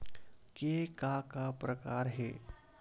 के का का प्रकार हे?